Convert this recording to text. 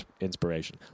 inspiration